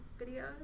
videos